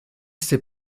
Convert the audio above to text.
s’est